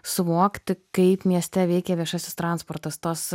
suvokti kaip mieste veikia viešasis transportas tos